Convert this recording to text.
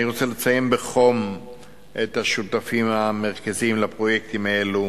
אני רוצה לציין בחום את השותפים המרכזיים לפרויקטים האלה: